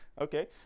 Okay